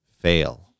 fail